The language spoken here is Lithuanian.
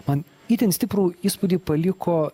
man itin stiprų įspūdį paliko